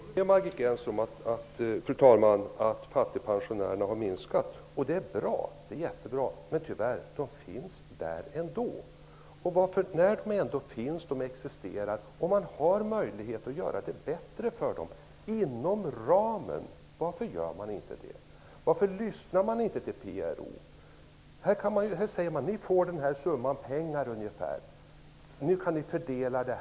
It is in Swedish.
Fru talman! Jag håller med Margit Gennser om att antalet fattigpensionärer har minskat. Det är jättebra, men tyvärr finns de där ändå. De finns där, och man har möjlighet att göra det bättre för dem inom ramen för detta. Varför gör man inte det då? Varför lyssnar man inte till PRO? Man säger: Här får ni den här summan pengar. Nu kan ni fördela den.